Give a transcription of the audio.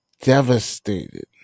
devastated